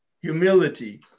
Humility